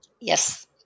Yes